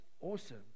awesome